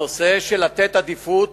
הנושא של לתת עדיפות